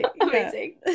amazing